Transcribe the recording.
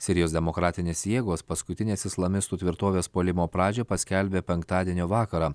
sirijos demokratinės jėgos paskutinės islamistų tvirtovės puolimo pradžią paskelbė penktadienio vakarą